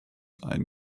ein